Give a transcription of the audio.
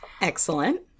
Excellent